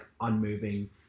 unmoving